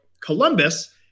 Columbus